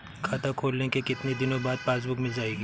खाता खोलने के कितनी दिनो बाद पासबुक मिल जाएगी?